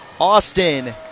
Austin